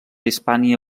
hispània